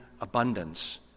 abundance